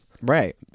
Right